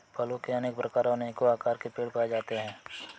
फलों के अनेक प्रकार और अनेको आकार के पेड़ पाए जाते है